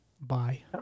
bye